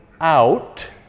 out